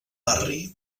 barri